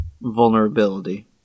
vulnerability